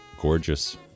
gorgeous